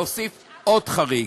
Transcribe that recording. להוסיף עוד חריג.